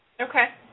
Okay